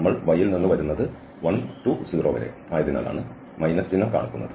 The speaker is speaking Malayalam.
നമ്മൾ y ൽ നിന്ന് വരുന്നത് 1 മുതൽ 0 വരെ ആയതിനാലാണ് മൈനസ് ചിഹ്നം കാണുന്നത്